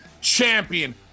champion